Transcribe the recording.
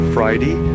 Friday